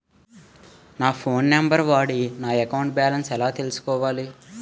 నా phone number వాడి నా అకౌంట్ బాలన్స్ ఎలా తెలుసుకోవాలి?